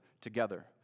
together